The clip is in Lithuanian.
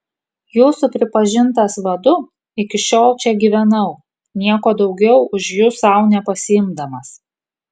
jūsų pripažintas vadu iki šiol čia gyvenau nieko daugiau už jus sau nepasiimdamas